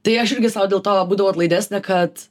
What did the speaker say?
tai aš irgi sau dėl to būdavau atlaidesnė kad